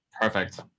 Perfect